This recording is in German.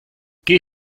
geh